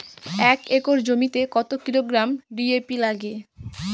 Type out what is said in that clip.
এক একর জমিতে কত কিলোগ্রাম ডি.এ.পি লাগে?